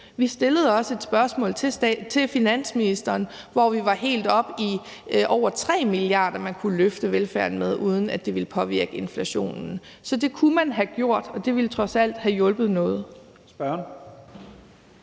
Vi stillede også et spørgsmål til finansministeren, hvor vi var helt oppe i over 3 mia. kr., man kunne løfte velfærden med, uden at det ville påvirke inflationen. Så det kunne man have gjort, og det ville trods alt have hjulpet noget. Kl.